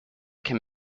can